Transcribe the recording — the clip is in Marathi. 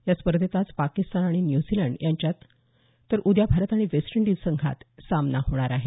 या स्पर्धेत आज पाकिस्तान आणि न्यूझीलंड यांच्यात तर उद्या भारत आणि वेस्ट इंडीज संघात सामना होणार आहे